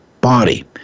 body